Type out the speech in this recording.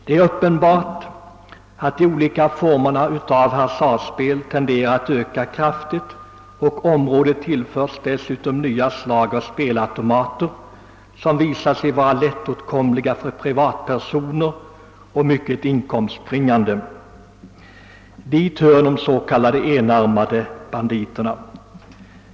Det är uppenbart att de olika formerna av hasardspel tenderar att öka kraftigt, och området tillförs dessutom nya slag av spelautomater, som visat sig vara lättåtkomliga för privatpersoner och mycket inkomstbringande. Dit hör de s.k. enarmade bandierna.